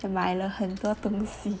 买了很多东西